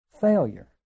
failure